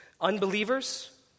unbelievers